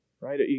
right